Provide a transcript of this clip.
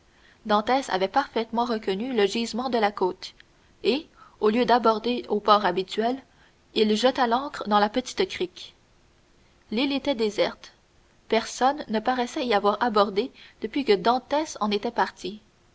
dantès avait parfaitement reconnu le gisement de la côte et au lieu d'aborder au port habituel il jeta l'ancre dans la petite crique l'île était déserte personne ne paraissait y avoir abordé depuis que dantès en était parti